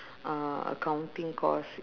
uh accounting course